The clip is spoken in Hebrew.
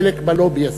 חלק בלובי הזה,